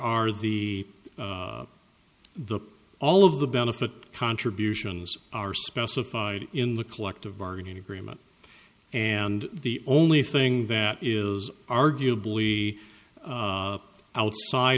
are the the all of the benefit contributions are specified in the collective bargaining agreement and the only thing that is arguably outside